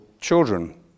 children